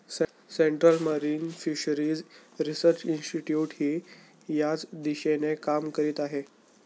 central Marine Fisheries Research इन्स्टिट्यूटही याच दिशेने काम करत आहे